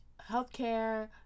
Healthcare